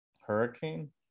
Hurricane